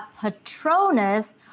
patronus